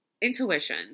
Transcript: Intuition